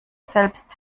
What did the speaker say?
selbst